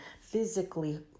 physically